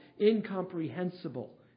incomprehensible